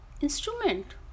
instrument